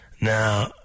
Now